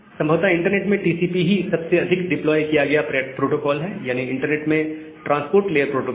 संभवत इंटरनेट में टीसीपी ही सबसे अधिक डेप्लॉय किया गया प्रोटोकॉल है यानी इंटरनेट में ट्रांसपोर्ट लेयर प्रोटोकोल